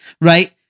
right